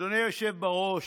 אדוני היושב בראש,